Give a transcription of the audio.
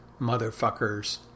motherfuckers